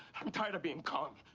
i'm tired of being calm.